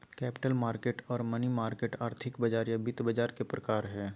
capital market आर money market आर्थिक बाजार या वित्त बाजार के प्रकार हय